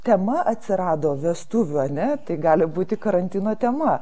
tema atsirado vestuvių ane tai gali būti karantino tema